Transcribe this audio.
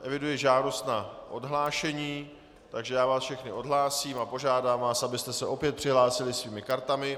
Eviduji žádost na odhlášení, takže vás všechny odhlásím a požádám vás, abyste se opět přihlásili svými kartami.